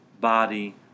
body